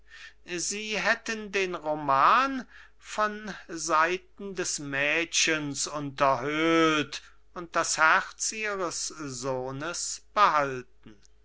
sie hätten den roman von seiten des mädchens unterhöhlt und das herz ihres sohnes behalten